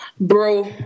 Bro